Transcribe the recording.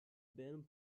band